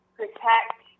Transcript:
protect